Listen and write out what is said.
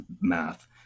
math